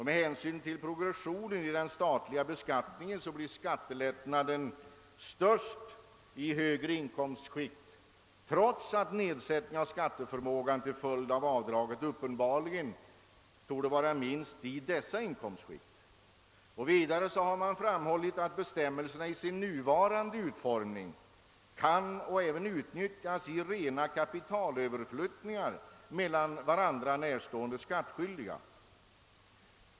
Med hänsyn till progressionen i den statliga beskattningen blir skattelättnaden störst i högre inkomstskikt, trots att nedsättningen av skatteförmågan till följd av avdraget uppenbarligen torde vara minst i dessa inkomstskikt. Vidare har man framhållit att bestämmelserna i sin nuvarande utformning kan utnyttjas i rena kapitalöverflyttningar mellan varandra närstående skattskyldiga.